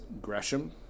Gresham